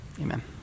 amen